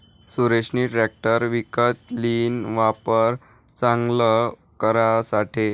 सुरेशनी ट्रेकटर विकत लीन, वावर चांगल करासाठे